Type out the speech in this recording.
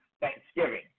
Thanksgiving